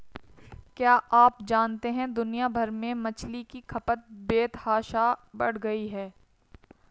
क्या आप जानते है दुनिया भर में मछली की खपत बेतहाशा बढ़ गयी है?